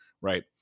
Right